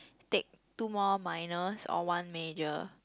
take two more minors or one major